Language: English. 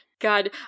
God